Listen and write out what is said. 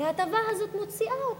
הרי ההטבה הזאת מוציאה אותם,